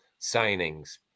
signings